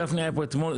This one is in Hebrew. גפני היה פה אתמול,